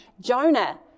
Jonah